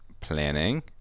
planning